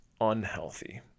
unhealthy